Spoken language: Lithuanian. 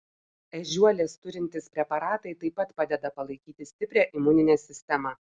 ežiuolės turintys preparatai taip pat padeda palaikyti stiprią imuninę sistemą